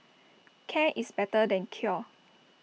care is better than cure